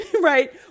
right